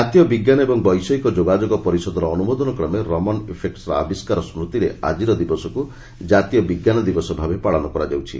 କାତୀୟ ବିଙ୍କାନ ଏବଂ ବୈଷୟିକ ଯୋଗାଯୋଗ ପରିଷଦର ଅନୁମୋଦନ କ୍ରମେ ରମନୁ ଇଫେକ୍ଟର ଆବିଷ୍କାର ସ୍ଦୁତିରେ ଆକିର ଦିବସକୁ ଜାତୀୟ ବିଙ୍କାନ ଦିବସ ଭାବେ ପାଳନ କରାଯାଉଛି